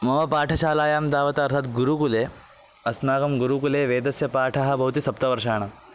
मम पाठशालायां तावत् अर्थात् गुरुकुले अस्माकं गुरुकुले वेदस्य पाठः भवति सप्तवर्षाणां